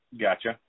Gotcha